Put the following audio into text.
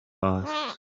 asked